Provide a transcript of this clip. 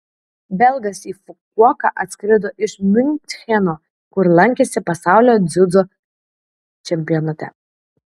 belgas į fukuoką atskrido iš miuncheno kur lankėsi pasaulio dziudo čempionate